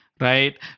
Right